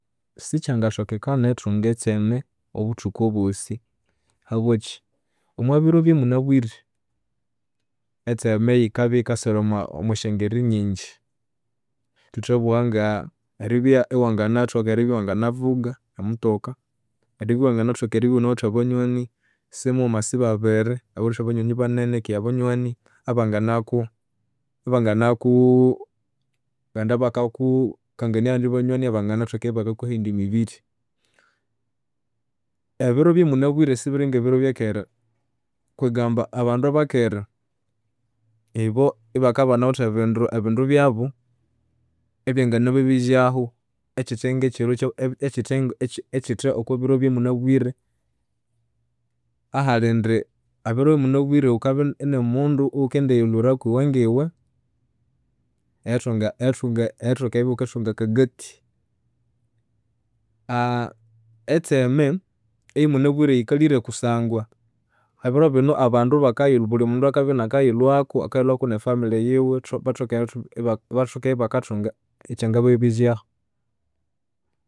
Sikyangathokekana erithunga etseme omwabuthuku obyosi. Habwakyi? Omwabiro ebyamunabwire etseme yikabya iyikasira omwasyangeri nyinji. Thuthabugha nga- eribya iwanganathoka iwanginavuga emutoka, eribya iwanginathoka eribya ighunawithe ananywani, simughuma sibabiri ighuwithe abanywani banene keghe abanywani abanginaku abanganaku ghendabakakukangania abandi banyoni abanginathoka eribya ibakakuha eyindi mibiri. Ebiro ebyamunabwire sibiri ngebiro byakera. Kwegamba abandu abakera ibo ibakabya ibanawithe ebindu byabu, ebyanganababezyahu ekyithengakya ekyithe ekyithe okwabiro ebyamunabwire. Ahali indi ebiro ebyamunabwire ghukabya inimundu ighukendiyilhwiraku iwengiwe, erithunga erithunga, erithoka eribya ighukendithunga akagati. Etseme eyamunabwire yikalire kusangwa ebiro bino abandu bulimundu akabya inakayilhwaku, akayilhwaku ne family yiwe bathoke erithunga bathoke eribya ibakathunga ekyangababezyahu.